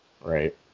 Right